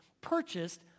Purchased